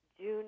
June